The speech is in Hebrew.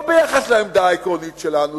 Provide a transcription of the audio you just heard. לא ביחס לעמדה העקרונית שלנו,